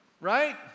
Right